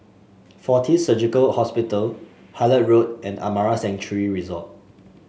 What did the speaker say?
Fortis Surgical Hospital Hullet Road and Amara Sanctuary Resort